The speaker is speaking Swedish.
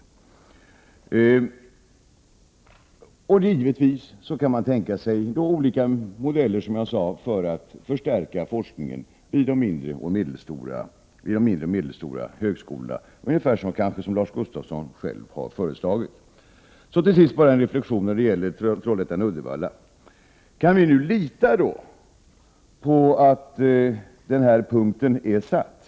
Givetvis kan vi tänka oss olika modeller för att förstärka forskningen i de mindre och medelstora högskolorna, ungefär på det sätt som Lars Gustafsson själv har föreslagit. Till sist vill jag göra en reflexion när det gäller Trollhättan-Uddevalla. Kan vi nu lita på att denna punkt är satt?